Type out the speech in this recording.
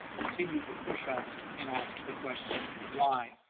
continue to push us and ask the question of why.